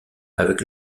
avec